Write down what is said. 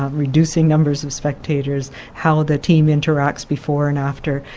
reducing numbers of spectators, how the team interacts before and after.